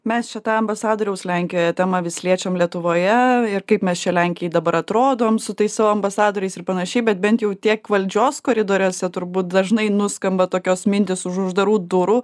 mes čia tą ambasadoriaus lenkijoje temą vis liečiam lietuvoje ir kaip mes čia lenkijai dabar atrodom su tais savo ambasadoriais ir panašiai bet bent jau tiek valdžios koridoriuose turbūt dažnai nuskamba tokios mintys už uždarų durų